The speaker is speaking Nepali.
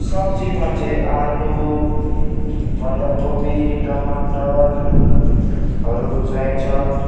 सब्जीमा चाहिँ आलु बन्दाकोपी टमाटरहरू चाहिन्छ